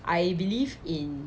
I believe in